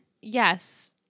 Yes